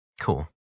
cool